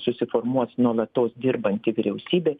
susiformuos nuolatos dirbanti vyriausybė